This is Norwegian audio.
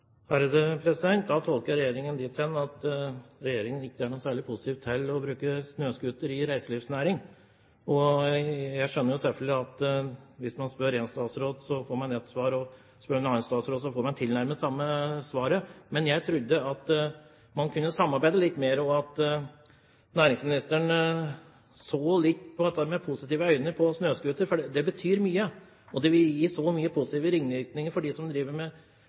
Da tolker jeg regjeringen dit hen at regjeringen ikke er særlig positiv til bruk av snøscooter i reiselivsnæringen. Jeg skjønner selvfølgelig at hvis man spør én statsråd, får man ett svar, og spør man en annen statsråd, får man tilnærmet det samme svaret. Men jeg trodde at man kunne samarbeide litt mer, og at næringsministeren ville se på dette med snøscootere med positive øyne, for det betyr mye. Det ville gi så mange positive ringvirkninger for dem som driver